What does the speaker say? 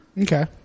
Okay